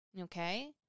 Okay